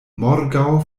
morgaŭ